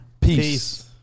Peace